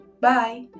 Bye